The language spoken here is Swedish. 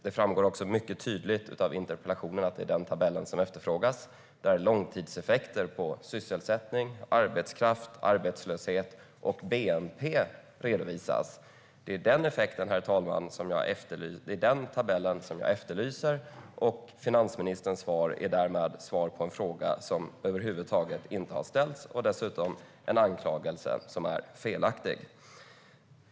Det framgår också mycket tydligt av interpellationen att det är den tabellen som efterfrågas, där långtidseffekter på sysselsättning, arbetskraft, arbetslöshet och bnp redovisas. Det är den tabellen som jag efterlyser. Finansministerns svar är därmed svar på en fråga som över huvud taget inte har ställts och dessutom en anklagelse som är felaktig.